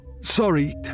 Sorry